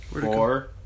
Four